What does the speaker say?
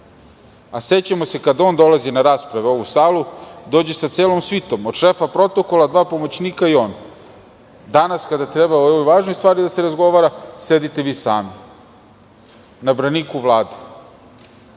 a sećamo se kada on dolazi na rasprave u ovu salu, dođe sa celom svitom, od šefa protokola, dva pomoćnika i on. Danas kada treba o ovoj važnoj stvari da se razgovara, sedite vi sami, na braniku Vlade.